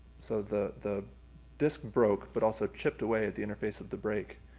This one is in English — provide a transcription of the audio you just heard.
so the the disc broke, but also chipped away at the interface of the break.